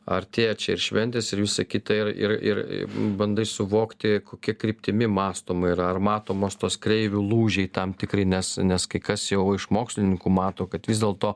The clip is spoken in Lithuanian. artėja čia ir šventės ir visa kita ir ir ir bandai suvokti kokia kryptimi mąstoma yra ar matomos tos kreivių lūžiai tam tikri nes nes kai kas jau iš mokslininkų mato kad vis dėlto